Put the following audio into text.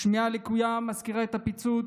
השמיעה הלקויה מזכירה את הפיצוץ,